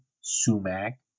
sumac